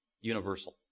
Universal